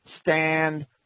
stand